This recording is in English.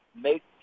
make